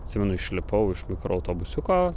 atsimenu išlipau iš mikroautobusiuko